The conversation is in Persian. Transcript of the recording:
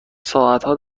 ساعتها